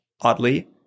oddly